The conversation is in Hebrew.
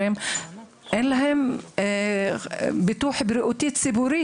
ואין להם אפילו ביטוח בריאות ציבורי